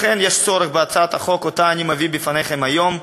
לכן יש צורך בהצעת החוק שאני מביא בפניכם היום.